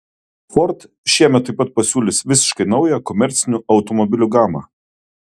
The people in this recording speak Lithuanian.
ford šiemet taip pat pasiūlys visiškai naują komercinių automobilių gamą